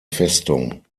festung